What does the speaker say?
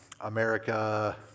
America